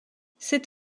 c’est